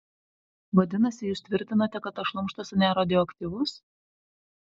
vadinasi jūs tvirtinate kad tas šlamštas neradioaktyvus